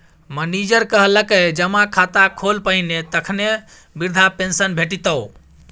manager कहलकै जमा खाता खोल पहिने तखने बिरधा पेंशन भेटितौ